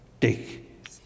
take